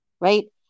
right